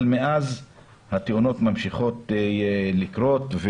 אבל מאז התאונות ממשיכות לקרות,